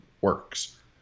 works